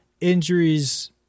injuries